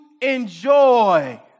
enjoy